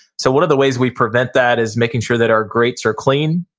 so one of the ways we prevent that is making sure that our grates are clean.